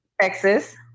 Texas